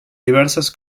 diverses